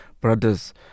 brothers